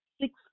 six